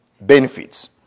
benefits